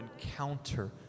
encounter